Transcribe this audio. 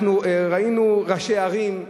אנחנו ראינו ראשי ערים,